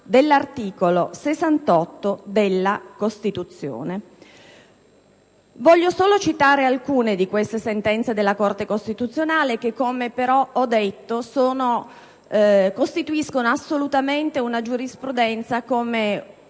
dell'articolo 68 della Costituzione. Vorrei solo citare alcune di queste sentenze della Corte costituzionale, che però, come ho detto, costituiscono assolutamente una giurisprudenza